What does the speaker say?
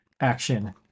action